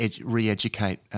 re-educate